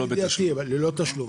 ללא תשלום.